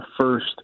first